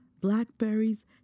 Blackberries